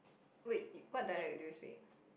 wait what dialect do you speak